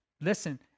Listen